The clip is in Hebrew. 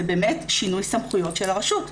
זה באמת שינוי סמכויות של הרשות,